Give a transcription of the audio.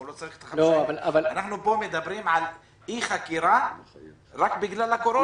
הוא לא צריך את --- אנחנו פה מדברים על אי-חקירה רק בגלל הקורונה,